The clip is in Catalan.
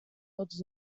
tots